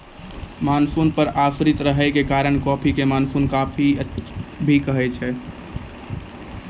monsoon पर आश्रित रहै के कारण कॉफी कॅ मानसूनी कॉफी भी कहै छै